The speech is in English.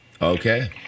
Okay